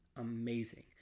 amazing